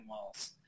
walls